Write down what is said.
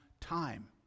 time